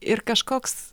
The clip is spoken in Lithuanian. ir kažkoks